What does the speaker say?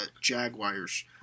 Jaguars